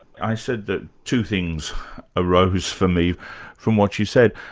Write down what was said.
i said that two things arose for me from what you said.